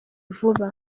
vuba